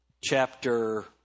chapter